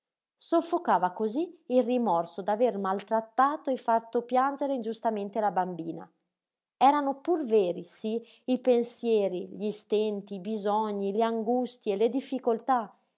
soffocava cosí il rimorso d'aver maltrattato e fatto piangere ingiustamente la bambina erano pur veri sí i pensieri gli stenti i bisogni le angustie le difficoltà